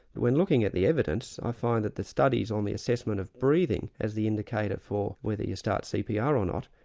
when looking at the evidence i find that the studies on the assessment of breathing as the indicator for whether you start cpr or not,